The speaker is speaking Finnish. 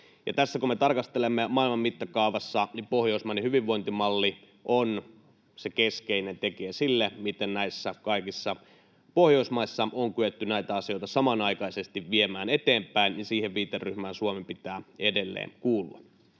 Ja tätä kun me tarkastelemme maailman mittakaavassa, niin pohjoismainen hyvinvointimalli on keskeinen tekijä sille, miten näissä kaikissa Pohjoismaissa on kyetty näitä asioita samanaikaisesti viemään eteenpäin, ja siihen viiteryhmään Suomen pitää edelleen kuulua.